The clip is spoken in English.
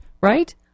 right